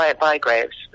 Bygraves